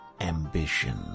ambition